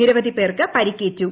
നിരവധി പേർക്ക് പരിക്കേറ്റു